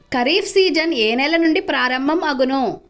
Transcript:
Kharif season ఏ నెల నుండి ప్రారంభం అగును?